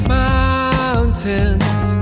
mountains